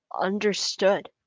understood